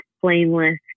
flameless